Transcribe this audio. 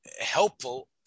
helpful